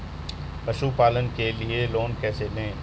पशुपालन के लिए लोन कैसे लें?